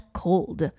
cold